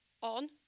on